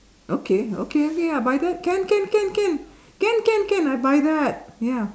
okay okay okay I'll buy that can can can can can can can I'll buy that ya